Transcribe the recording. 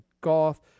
Goth